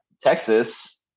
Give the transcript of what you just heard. Texas